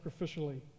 sacrificially